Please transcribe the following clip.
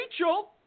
Rachel